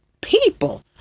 people